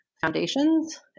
foundations